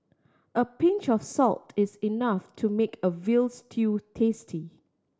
a pinch of salt is enough to make a veal stew tasty